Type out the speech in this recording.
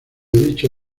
dicho